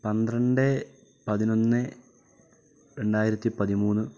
പന്ത്രണ്ട് പതിനൊന്ന് രണ്ടായിരത്തി പതിമൂന്ന്